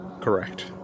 Correct